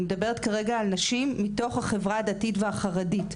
אני מדברת כרגע על נשים בתוך החברה הדתית והחרדית.